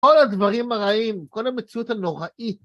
כל הדברים הרעים, כל המציאות הנוראית.